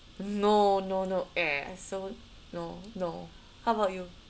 no no no !eww! so no no how about you